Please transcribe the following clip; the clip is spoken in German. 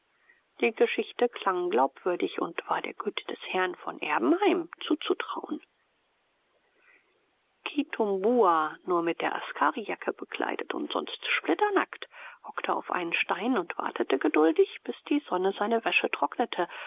die geschichte klang glaubwürdig und war der güte des herrn von erbenheim zuzutrauen kitumbua nur mit der askarijacke bekleidet und sonst splitternackt hockte auf einem stein und wartete geduldig bis die sonne seine wäsche trocknete